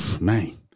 Man